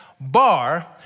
bar